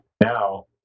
now